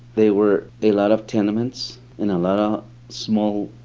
they were a lot of tenements in a lot of small,